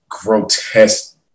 grotesque